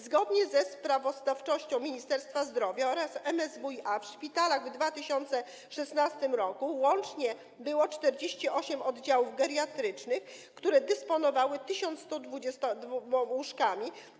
Zgodnie ze sprawozdawczością Ministerstwa Zdrowia oraz MSWiA w szpitalach w 2016 r. łącznie było 48 oddziałów geriatrycznych, które dysponowały 1122 łóżkami.